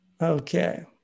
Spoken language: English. Okay